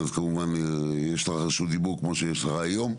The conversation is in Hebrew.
כמובן רשות דיבור, כמו שיש לך היום,